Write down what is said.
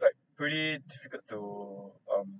like pretty difficult to um